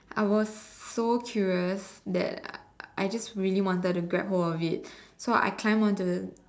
I was so curious that I just really wanted to Grab hold of it so I climbed onto the